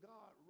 God